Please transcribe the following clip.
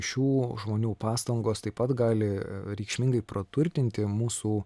šių žmonių pastangos taip pat gali reikšmingai praturtinti mūsų